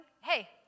Hey